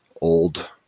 old